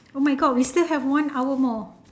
oh my god we still have one hour more